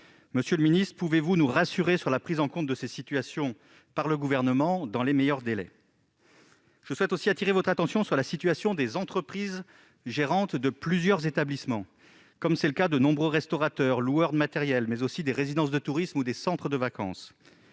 Monsieur le secrétaire d'État, pouvez-vous nous rassurer sur la prise en compte de ces situations par le Gouvernement dans les meilleurs délais ? Je souhaite aussi appeler votre attention sur la situation des entreprises gérant plusieurs établissements, comme c'est le cas de nombreux restaurateurs, loueurs de matériel, mais aussi des résidences de tourisme ou des centres de vacances.